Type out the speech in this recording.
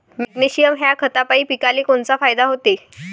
Magnesium ह्या खतापायी पिकाले कोनचा फायदा होते?